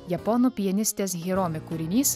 japonų pianistės hiromi kūrinys